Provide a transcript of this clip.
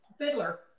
fiddler